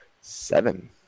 Seven